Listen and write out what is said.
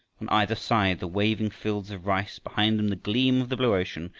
on either side the waving fields of rice, behind them the gleam of the blue ocean,